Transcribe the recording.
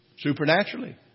supernaturally